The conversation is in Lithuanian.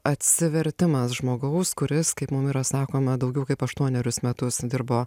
atsivertimas žmogaus kuris kaip mum yra sakoma daugiau kaip aštuonerius metus dirbo